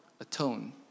atone